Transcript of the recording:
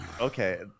Okay